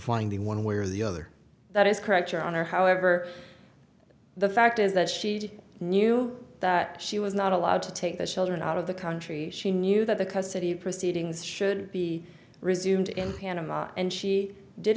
finding one way or the other that is correct your honor however the fact is that she knew that she was not allowed to take the children out of the country she knew that the custody proceedings should be resumed in panama and she did